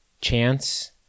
Chance